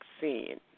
vaccine